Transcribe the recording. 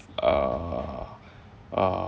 uh uh